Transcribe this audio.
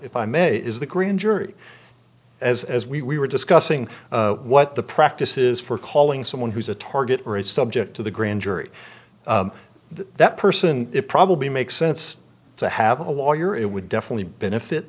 if i may is the grand jury as as we were discussing what the practice is for calling someone who's a target or a subject to the grand jury that person it probably makes sense to have a lawyer it would definitely benefit